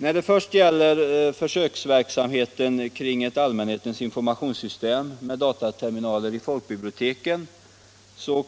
När det först gäller försöksverksamheten kring ett allmänhetens informationssystem med datorterminaler i folkbiblioteken